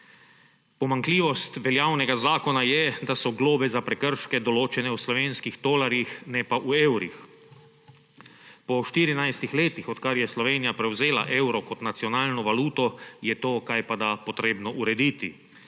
Pomanjkljivost veljavnega zakona je, da so globe za prekrške določene v slovenskih tolarjih, ne pa v evrih. Po štirinajstih letih, odkar je Slovenija prevzela evro kot nacionalno valuto, je to kajpada treba urediti.